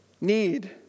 need